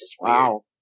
Wow